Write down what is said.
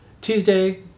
Tuesday